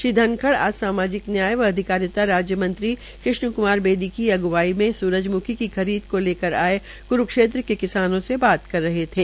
श्री धनखड़ आज सामाजिक न्याय व अधिकारिता राज्य मंत्री कृष्ण कुमार बेदी की अनुगवाई में सुरजमुखी की खरीद को लकर आये कुरूक्षेत्र के किसानों से बात कर रहे थे